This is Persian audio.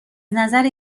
نظر